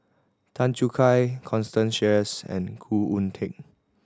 Tan Choo Kai Constance Sheares and Khoo Oon Teik